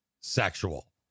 sexual